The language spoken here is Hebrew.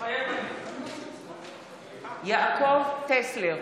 מתחייב אני יעקב טסלר,